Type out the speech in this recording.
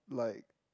like